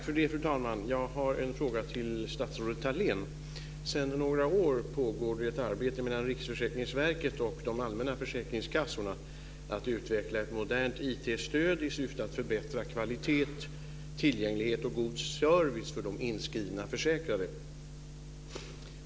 Fru talman! Jag har en fråga till statsrådet Thalén. Sedan några år pågår ett arbete mellan Riksförsäkringsverket och de allmänna försäkringskassorna med att utveckla ett modernt IT-stöd i syfte att förbättra kvalitet, tillgänglighet och god service för de inskrivna försäkrade.